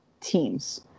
teams